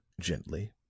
gently